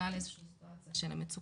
נקלע לאיזה מצב של מצוקה.